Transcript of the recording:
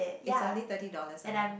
its only thirty dollars a month